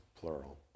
plural